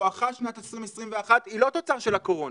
בואכה שנת 2021 היא לא תוצר של הקורונה,